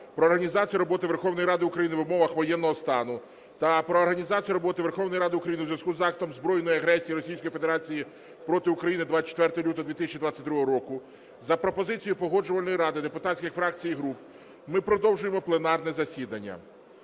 "Про організацію роботи Верховної Ради України в умовах воєнного стану" та "Про організацію роботи Верховної Ради України у зв’язку з актом збройної агресії Російської Федерації проти України 24 лютого 2022 року", за пропозицією Погоджувальної ради, депутатських фракцій і груп ми продовжуємо пленарне засідання.